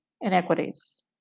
inequities